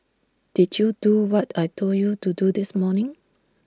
did you do what I Told you to do this morning